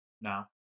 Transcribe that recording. now